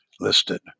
listed